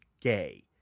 gay